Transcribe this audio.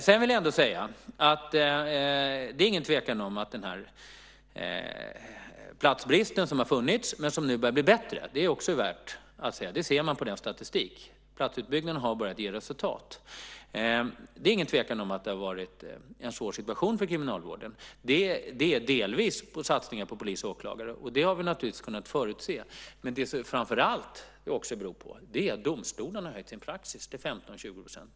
Sedan vill jag säga att det inte är någon tvekan om att den platsbrist som har funnits men där det nu börjar bli bättre också är värd att nämnas. Det ser man på statistiken. Platsutbyggnaden har börjat ge resultat. Det är ingen tvekan om att det har varit en svår situation för kriminalvården. Det beror delvis på satsningar på polis och åklagare, vilket vi naturligtvis har kunnat förutse. Men det beror framför allt på att domstolarna har höjt sin praxis till 15-20 %.